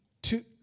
two